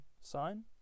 sign